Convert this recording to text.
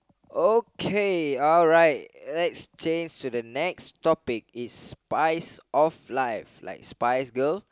okay alright let's change to the next topic is spice of life like spice girl